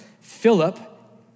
Philip